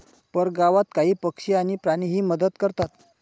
परगावात काही पक्षी आणि प्राणीही मदत करतात